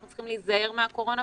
אנחנו צריכים להיזהר מהקורונה,